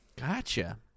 Gotcha